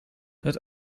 het